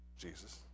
Jesus